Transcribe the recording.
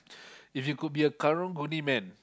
if you could be a karang-guni man